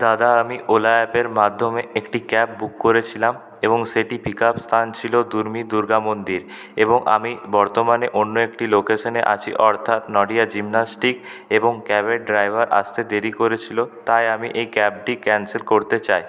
দাদা আমি ওলা অ্যাপের মাধ্যমে একটি ক্যাব বুক করেছিলাম এবং সেটি পিক আপ স্থান ছিল দূর্মি দুর্গামন্দির এবং আমি বর্তমানে অন্য একটি লোকেশানে আছি অর্থাৎ নডিহা জিমনাস্টিক এবং ক্যাবের ড্রাইভার আসতে দেরি করেছিলো তাই আমি এই ক্যাবটি ক্যানসেল করতে চাই